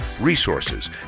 resources